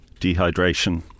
dehydration